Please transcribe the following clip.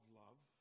love